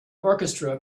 orchestra